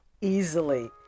easily